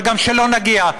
אבל גם שלא נגיע,